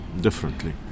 differently